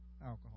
alcohol